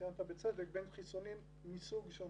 שציינת בצדק, בין חיסונים מסוג שונה.